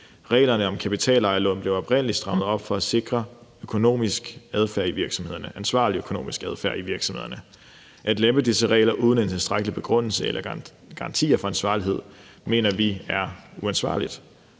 Reglerne om kapitalejerlån blev oprindelig strammet op for at sikre en ansvarlig økonomisk adfærd i virksomhederne. At lempe disse regler uden en tilstrækkelig begrundelse eller garantier for ansvarlighed mener vi er uansvarligt.